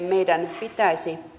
meidän pitäisi